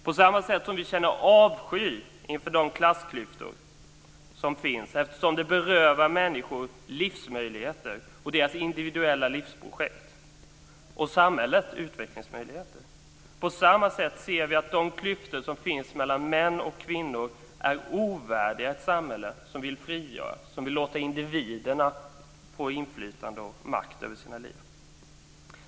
På samma sätt som vi känner avsky inför de klassklyftor som finns, eftersom de berövar människor deras livsmöjligheter och individuella livsprojekt och berövar samhället utvecklingsmöjligheter, ser vi att de klyftor som finns mellan män och kvinnor är ovärdiga ett samhälle som vill låta individerna få inflytande och makt över sina liv.